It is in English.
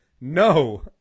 No